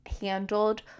handled